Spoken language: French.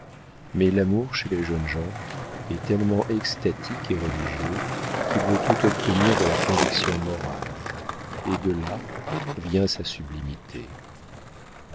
mais l'amour chez les jeunes gens est tellement extatique et religieux qu'il veut tout obtenir de la conviction morale et de là vient sa sublimité